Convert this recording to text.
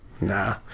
Nah